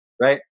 right